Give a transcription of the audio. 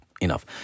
enough